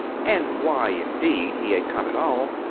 and why, indeed, he had come at all,